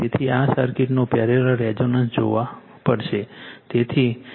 તેથી આ સર્કિટનો પેરેલલ રેઝોનન્સ જોવો પડશે